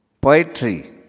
Poetry